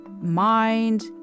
mind